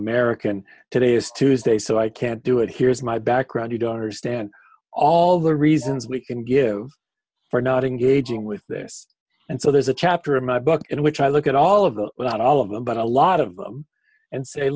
american today is tuesday so i can't do it here's my background you don't understand all the reasons we can give for not engaging with this and so there's a chapter in my book in which i look at all of the well not all of them but a lot of them and say